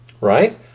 Right